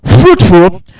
fruitful